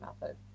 method